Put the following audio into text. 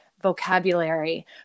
vocabulary